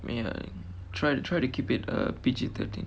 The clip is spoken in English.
ya try try to keep it uh P_G thirteen